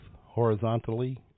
horizontally